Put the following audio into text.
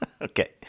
Okay